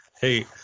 hey